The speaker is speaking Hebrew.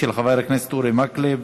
של חבר הכנסת נחמן שי.